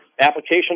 application